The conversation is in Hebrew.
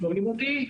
שומעים אותי?